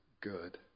good